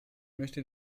möchte